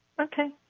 Okay